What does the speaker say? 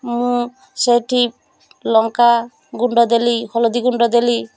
ମୁଁ ସେଇଠି ଲଙ୍କା ଗୁଣ୍ଡ ଦେଲି ହଳଦୀ ଗୁଣ୍ଡ ଦେଲି